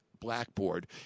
blackboard